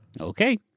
okay